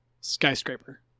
Skyscraper